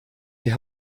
die